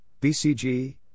BCG